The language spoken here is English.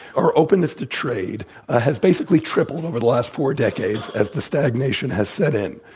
our openness to trade ah has basically tripled over the last four decades as the stagnation has set in.